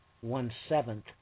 one-seventh